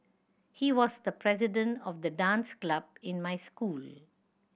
he was the president of the dance club in my school